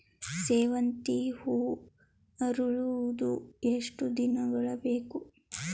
ಸೇವಂತಿಗೆ ಹೂವು ಅರಳುವುದು ಎಷ್ಟು ದಿನಗಳು ಬೇಕು?